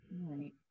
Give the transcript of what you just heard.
right